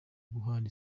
guhana